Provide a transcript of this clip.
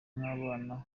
nk’abana